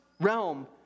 realm